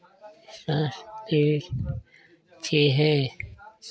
अच्छा अच्छा चीज अच्छे हैं